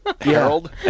Harold